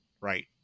right